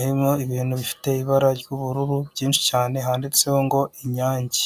harimo ibintu bifite ibara ry'ubururu byinshi cyane handitseho ngo inyange.